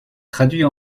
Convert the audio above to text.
traduits